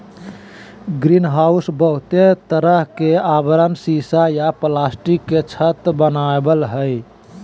greenhouse बहुते तरह के आवरण सीसा या प्लास्टिक के छत वनावई हई